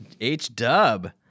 H-dub